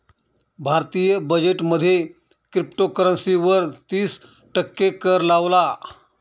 भारतीय बजेट मध्ये क्रिप्टोकरंसी वर तिस टक्के कर लावला